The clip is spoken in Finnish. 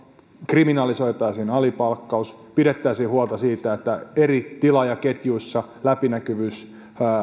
kriminalisoitaisiin alipalkkaus pidettäisiin huolta siitä että eri tilaajaketjuissa läpinäkyvyys